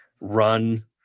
run